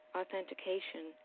authentication